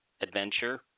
adventure